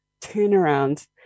turnaround